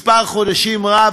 מספר חודשים רב,